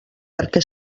perquè